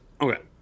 Okay